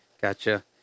Gotcha